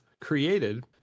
created